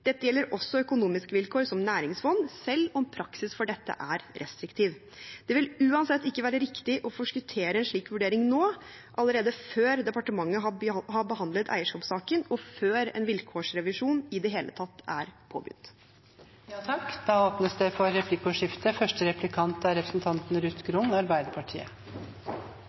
Dette gjelder også økonomiske vilkår som næringsfond, selv om praksis for dette er restriktiv. Det vil uansett ikke være riktig å forskuttere en slik vurdering nå, allerede før departementet har behandlet eierskapssaken, og før en vilkårsrevisjon i det hele tatt er påbegynt. Det blir replikkordskifte. Takk til statsråden for innlegget. Det